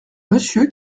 monsieur